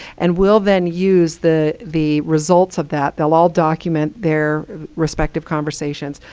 and we'll then use the the results of that. they'll all document their respective conversations.